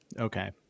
Okay